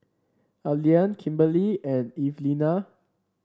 Allean Kimberely and Evelina